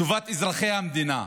טובת אזרחי המדינה,